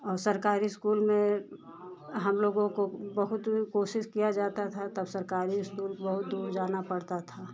और सरकारी स्कूल में हम लोगों को बहुत कोशिश किया जाता था तब सरकारी स्कूल बहुत दूर जाना पड़ता था